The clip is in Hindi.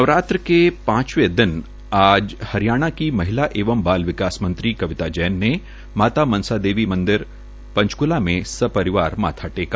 नवरात्र के पांचवे दिन आज हरियाणा की महिला एवं बाल विाकस मंत्री कविता जैन ने माता मनसा देवी मंदिर पंचक्ला में सपरिवार माथा टेका